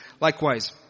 Likewise